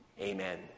Amen